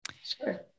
Sure